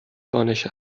دانش